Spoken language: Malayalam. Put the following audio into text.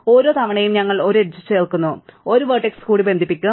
ഓരോ തവണയും ഞങ്ങൾ ഒരു എഡ്ജ് ചേർക്കുന്നു ഒരു വെർട്ടെക്സ് കൂടി ബന്ധിപ്പിക്കും